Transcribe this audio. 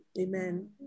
Amen